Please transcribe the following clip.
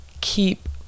keep